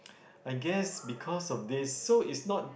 I guess because of this so it's not